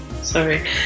Sorry